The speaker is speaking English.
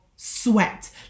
Sweat